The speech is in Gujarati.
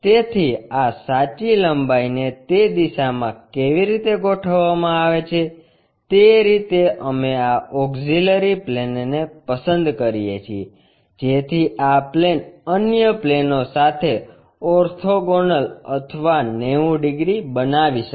તેથી આ સાચી લંબાઈને તે દિશામાં કેવી રીતે ગોઠવવામાં આવે છે તે રીતે અમે આ ઓક્ષીલરી પ્લેનને પસંદ કરીએ છીએ જેથી આ પ્લેન અન્ય પ્લેનો સાથે ઓર્થોગોનલ અથવા 90 ડિગ્રી બનાવી શકે